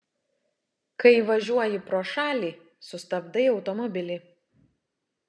kai važiuoji pro šalį sustabdai automobilį